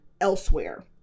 elsewhere